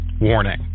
Warning